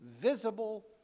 visible